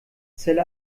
zelle